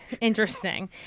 interesting